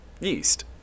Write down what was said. yeast